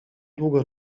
długo